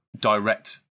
direct